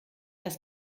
dass